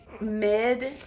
mid